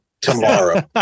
tomorrow